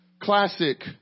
classic